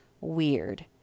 weird